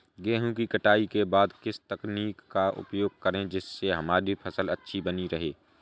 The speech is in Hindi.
गेहूँ की कटाई के बाद किस तकनीक का उपयोग करें जिससे हमारी फसल अच्छी बनी रहे?